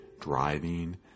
driving